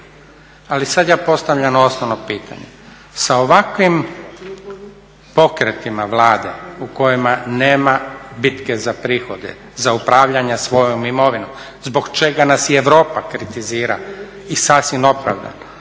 Ali sad ja postavljam osnovno pitanje, sa ovakvim pokretima Vlade u kojima nema bitke za prihode, za upravljanja svojom imovinom, zbog čega nas i Europa kritizira i sasvim opravdano.